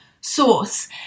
source